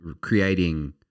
creating